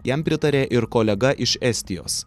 jam pritarė ir kolega iš estijos